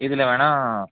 இதில் வேணா